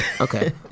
Okay